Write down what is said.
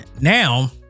now